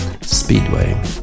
Speedway